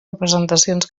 representacions